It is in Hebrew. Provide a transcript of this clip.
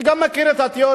אני גם מכיר את התיאוריה.